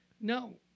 no